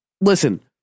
listen